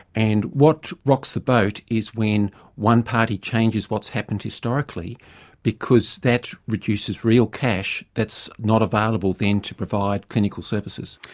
and what rocks the boat is when one party changes what's happened historically because that reduces real cash that's not available then to provide clinical services.